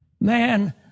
man